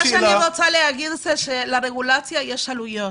רוצה להגיד זה שלרגולציה יש עלויות.